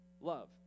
love